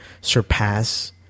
surpass